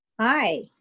Hi